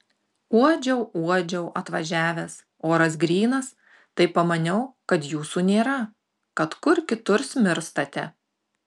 uodžiau uodžiau atvažiavęs oras grynas tai pamaniau kad jūsų nėra kad kur kitur smirstate